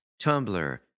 Tumblr